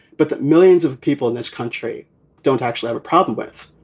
but millions of people in this country don't actually have a problem with.